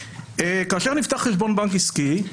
הוא שכאשר נפתח חשבון בנק עסקי,